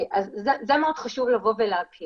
את זה מאוד חשוב להכיר.